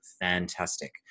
Fantastic